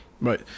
Right